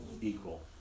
equal